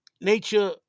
nature